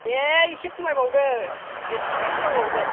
दे एसे खमाय बावदो एदसे खमाय बावदो